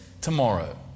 tomorrow